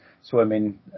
swimming